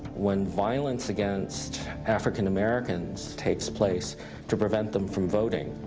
when violence against african americans takes place to prevent them from voting,